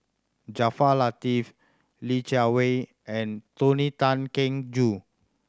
Jaafar Latiff Li Jiawei and Tony Tan Keng Joo